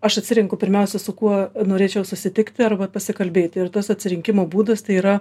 aš atsirenku pirmiausia su kuo norėčiau susitikti arba pasikalbėti ir tas atrinkimo būdas tai yra